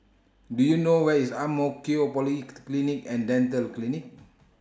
Do YOU know Where IS Ang Mo Kio Polyclinic and Dental Clinic